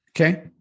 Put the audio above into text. Okay